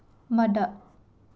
ꯃꯗ